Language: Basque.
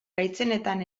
gaitzenetan